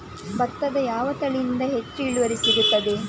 ಭತ್ತದ ಯಾವ ತಳಿಯಿಂದ ಹೆಚ್ಚು ಇಳುವರಿ ಸಿಗುತ್ತದೆ?